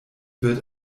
wird